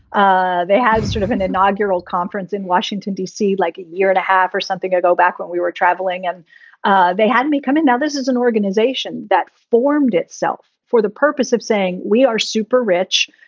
ah they had sort of an inaugural conference in washington, d c, like a year and a half or something. i go back when we were traveling and ah they had me come. now, this is an organization that formed itself for the purpose of saying we are super rich.